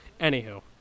Anywho